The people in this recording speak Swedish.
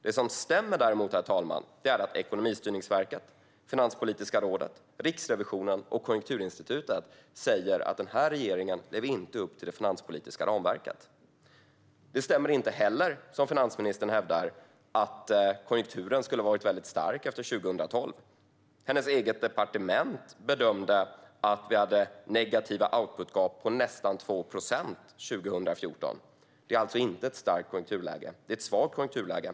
Det som däremot stämmer, herr talman, är att Ekonomistyrningsverket, Finanspolitiska rådet, Riksrevisionen och Konjunkturinstitutet säger att den här regeringen inte lever upp till det finanspolitiska ramverket. Det stämmer inte heller, som finansministern hävdar, att konjunkturen skulle ha varit väldigt stark efter 2012. Hennes eget departement bedömde att vi hade negativa outputgap på nästan 2 procent 2014. Det är inte ett starkt konjunkturläge. Det är ett svagt konjunkturläge.